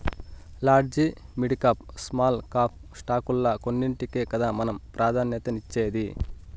large, midcap, small cap స్టాకుల్ల కొన్నింటికే కదా మనం ప్రాధాన్యతనిచ్చేది